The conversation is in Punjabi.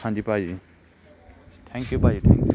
ਹਾਂਜੀ ਭਾਅ ਜੀ ਥੈਂਕ ਯੂ ਭਾਅ ਜੀ ਥੈਂਕ ਯੂ